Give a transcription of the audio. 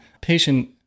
patient